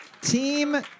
Team